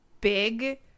big